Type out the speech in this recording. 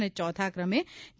અને ચોથા ક્રમે જે